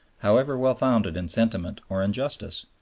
however well founded in sentiment or in justice,